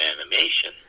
animation